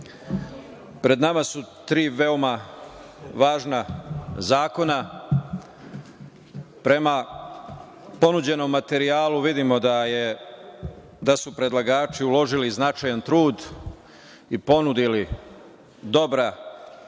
pred nama su tri veoma važna zakona. Prema ponuđenom materijalu vidimo da su predlagači uložili značajan trud i ponudili dobra rešenja.